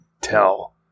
tell